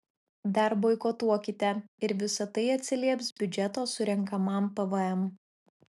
dar boikotuokite ir visa tai atsilieps biudžeto surenkamam pvm